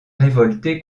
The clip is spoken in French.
révolté